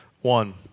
One